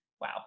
Wow